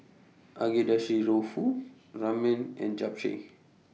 Agedashi Dofu Ramen and Japchae